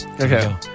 Okay